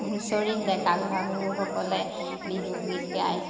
হুঁচৰিত ডেকা গাভৰুসকলে বিহু গীত গায়